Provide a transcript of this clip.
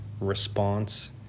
response